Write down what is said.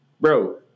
bro